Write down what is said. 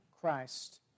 Christ